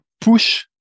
push